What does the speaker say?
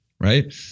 Right